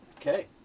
Okay